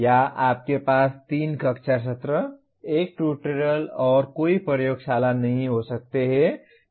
या आपके पास 3 कक्षा सत्र 1 ट्यूटोरियल और कोई प्रयोगशाला नहीं हो सकते है